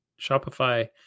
Shopify